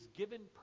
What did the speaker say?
given